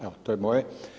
Evo to je moje.